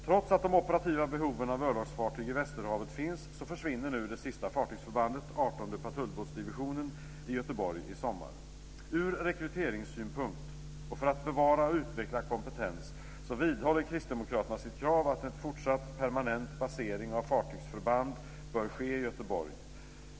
Trots att de operativa behoven av örlogsfartyg i västerhavet finns, försvinner nu det sista fartygsförbandet, 18:e patrullbåtsdivisionen, i Göteborg i sommar. Från rekryteringssynpunkt och för att bevara och utveckla kompetens vidhåller Kristdemokraterna sitt krav på att en fortsatt permanent basering av fartygsförband bör ske i Göteborg.